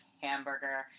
hamburger